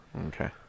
Okay